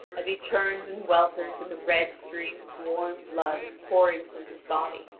as he turns and welters in the red stream of warm blood pouring from his body.